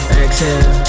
exhale